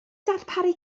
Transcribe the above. darparu